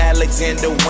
Alexander